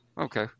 Okay